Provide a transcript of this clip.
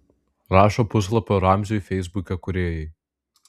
rašo puslapio ramziui feisbuke kūrėjai